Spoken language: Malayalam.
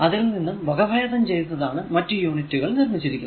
അതിൽ നിന്നും വകഭേദം ചെയ്താണ് മറ്റു യൂണിറ്റുകൾ നിർമിച്ചിരിക്കുന്നത്